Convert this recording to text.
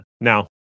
Now